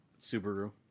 Subaru